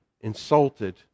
insulted